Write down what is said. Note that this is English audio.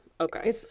Okay